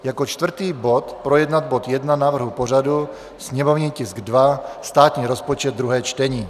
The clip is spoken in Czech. Jako čtvrtý bod projednat bod 1 návrhu pořadu, sněmovní tisk 2 státní rozpočet, 2. čtení.